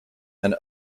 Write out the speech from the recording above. and